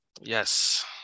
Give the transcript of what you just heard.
Yes